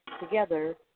together